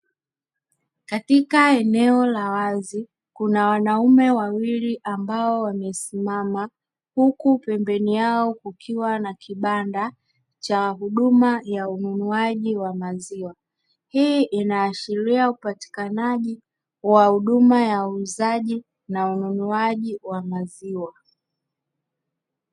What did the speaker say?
Katika eneo la wazi kuna wanaume wawili ambao wamesimama huku pembeni yao kukiwa na kibanda cha huduma ya ununuaji wa maziwa, hii inaashiria upatikanaji wa huduma ya ununuaji wa maziwa.